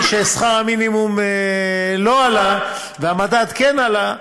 כששכר המינימום לא עלה והמדד כן עלה,